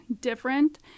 different